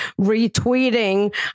retweeting